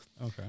Okay